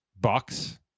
Bucks